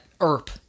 Erp